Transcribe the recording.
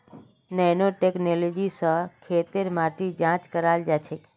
nano technology स खेतेर माटी जांच कराल जाछेक